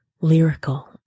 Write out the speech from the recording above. lyrical